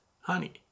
honey